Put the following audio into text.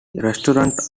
restaurants